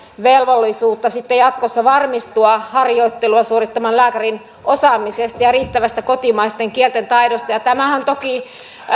velvollisuutta sitten jatkossa varmistua harjoittelua suorittavan lääkärin osaamisesta ja riittävästä kotimaisten kielten taidosta tämä on toki